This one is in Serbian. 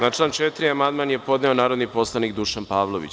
Na član 4. amandman je podneo narodni poslanik Dušan Pavlović.